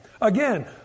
Again